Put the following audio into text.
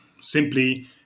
simply